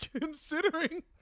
considering